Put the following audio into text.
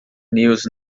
news